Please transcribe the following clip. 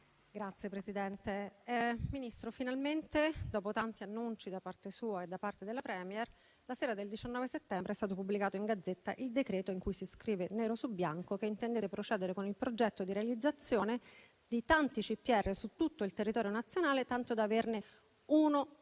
*(M5S)*. Signor Ministro, finalmente, dopo tanti annunci da parte sua e da parte della *Premier*, la sera del 19 settembre è stato pubblicato in Gazzetta il decreto in cui si scrive nero su bianco che intendete procedere con il progetto di realizzazione di tanti centri per il rimpatrio (CPR) su tutto il territorio nazionale, tanto da averne uno per